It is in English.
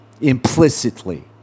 implicitly